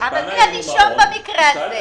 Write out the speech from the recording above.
מי הנישום במקרה הזה?